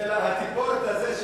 התגבורת הזאת,